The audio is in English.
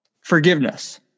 forgiveness